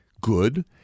good